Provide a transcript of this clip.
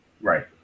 Right